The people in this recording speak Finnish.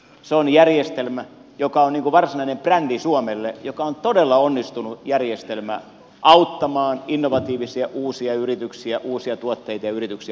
se on järjestelmä joka on varsinainen brändi suomelle joka on todella onnistunut järjestelmä auttamaan innovatiivisia uusia yrityksiä uusia tuotteita ja yrityksiä matkaan